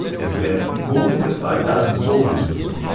instead, he only took five thousand soldiers with him.